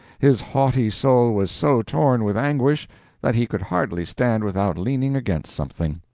his haughty soul was so torn with anguish that he could hardly stand without leaning against something.